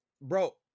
bro